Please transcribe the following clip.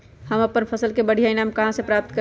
हम अपन फसल से बढ़िया ईनाम कहाँ से प्राप्त करी?